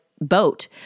boat